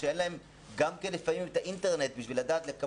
כשאין להם לפעמים את האינטרנט כדי לקבל